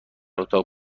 اتاق